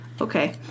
Okay